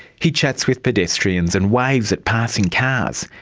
he chats with pedestrians and waves at passing cars.